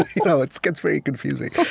you know it gets very confusing.